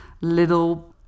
little